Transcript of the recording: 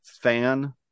fan